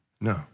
No